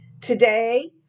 Today